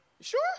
sure